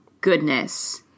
goodness